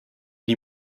die